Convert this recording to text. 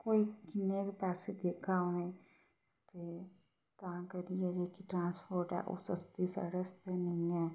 कोई किन्ने के पैसे देगा उ'नें ते तां करियै जेह्की ट्रांसपोर्ट ऐ ओह् सस्ती साढ़े आस्तै नेईं ऐ